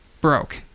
broke